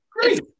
Great